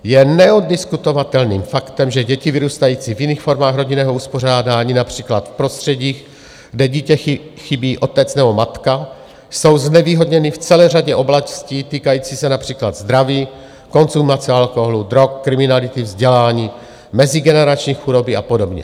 Je neoddiskutovatelným faktem, že děti vyrůstající v jiných formách rodinného uspořádání, například v prostředí, kde chybí otec nebo matka, jsou znevýhodněny v celé řadě oblastí týkajících se například zdraví, konzumace alkoholu, drog, kriminality, vzdělání, mezigenerační chudoby a podobně.